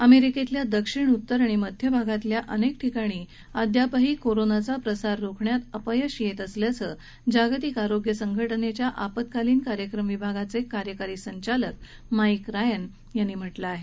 अमेरिकेतल्या दक्षिण उत्तर आणि मध्य भागातल्या अनेक ठिकाणी अजूनही कोरोनाचा प्रसार रोखण्यात अपयश येत असल्याचं जागतिक आरोग्य संघटनेच्या आपत्कालिन कार्यक्रम विभागाचे कार्यकारी संचालक माईक रायन यांनी म्हटलं आहे